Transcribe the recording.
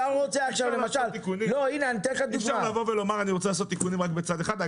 אי אפשר לבוא ולומר שאני רוצה לעשות תיקונים רק בצד אחד.